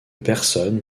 personnes